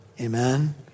Amen